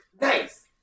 Nice